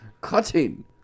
Cutting